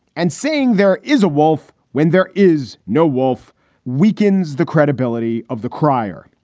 and seeing there is a wolf when there is no wolf weakens the credibility of the krier.